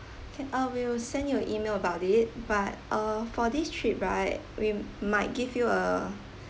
can uh we will send you an email about it but uh for this trip right we might give you a